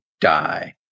die